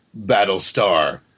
Battlestar